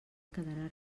quedarà